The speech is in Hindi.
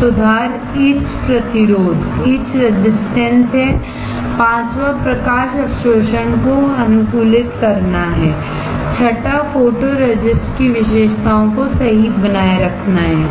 सुधार ईच प्रतिरोध है पांचवां प्रकाश अवशोषण को अनुकूलित करना है छठा फोटोरेसिस्ट की विशेषताओं को सही बनाए रखना है